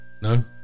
No